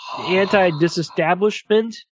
anti-disestablishment